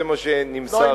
זה מה שנמסר לי.